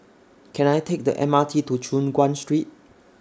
Can I Take The M R T to Choon Guan Street